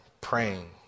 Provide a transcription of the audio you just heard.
praying